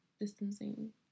distancing